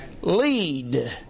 Lead